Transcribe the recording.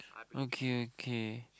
okay okay